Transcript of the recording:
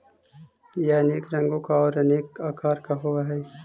यह अनेक रंगों का और अनेक आकार का होव हई